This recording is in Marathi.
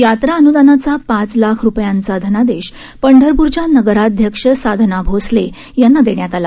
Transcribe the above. यात्रा अनुदानाचा पाच लाख रुपयांचा धनादेश पंढरपूरच्या नगराध्यक्ष साधना भोसले यांना देण्यात आला